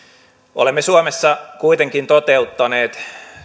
olemme suomessa kuitenkin toteuttaneet